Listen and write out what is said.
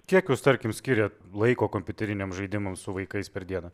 kiek jūs tarkim skiria laiko kompiuteriniams žaidimams su vaikais per dieną